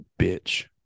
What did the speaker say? bitch